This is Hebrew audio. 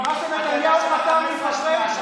אתה יודע שזה לא נכון.